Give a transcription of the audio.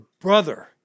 brother